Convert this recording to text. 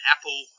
apple